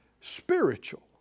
spiritual